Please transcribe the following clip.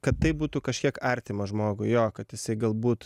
kad tai būtų kažkiek artima žmogui jo kad jisai galbūt